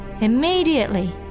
Immediately